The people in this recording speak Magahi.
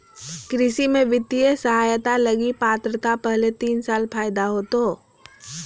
कृषि में वित्तीय सहायता लगी पात्रता पहले तीन साल फ़ायदा होतो